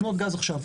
לקנות גז עכשיו.